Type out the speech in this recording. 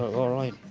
alright.